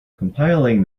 compiling